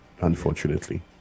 unfortunately